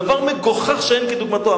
דבר מגוחך שאין כדוגמתו.